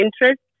interest